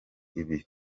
ibi